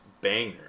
banger